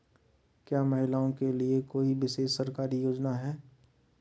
क्या महिलाओं के लिए कोई विशेष सरकारी योजना है?